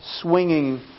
swinging